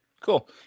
Cool